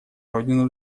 родину